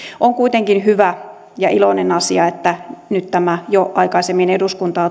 on kuitenkin hyvä ja iloinen asia että tämä jo aikaisemmin eduskuntaan